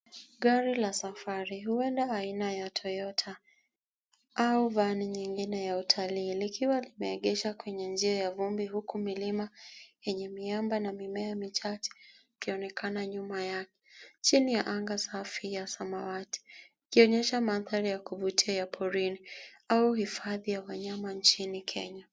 Gari la safari, huenda aina ya Toyota au vani nyingine ya utalii, likiwa limeegeshwa kwenye njia ya vumbi huku milima yenye miamba na mimea michache ukionekana nyuma yake chini ya anga safi ya samawati, ikionyesha mandhari ya kuvutia ya porini au hifadhi ya wanyama nchini Kenya.